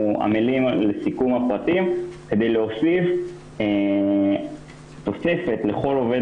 אנחנו עמלים על סיכום הפרטים כדי להוסיף תוספת לכל עובד